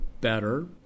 better